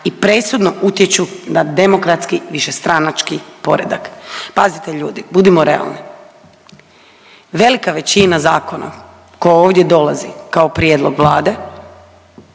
i presudno utječu na demokratski višestranački poredak. Pazite ljudi budimo realni velika većina zakona koja ovdje dolazi kao prijedlog Vlade